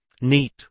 Neat